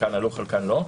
חלקן עלו, חלקן לא.